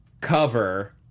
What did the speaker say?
cover